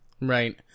Right